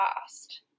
past